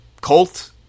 Colt